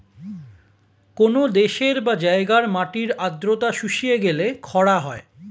কোন দেশের বা জায়গার মাটির আর্দ্রতা শুষিয়ে গেলে খরা হয়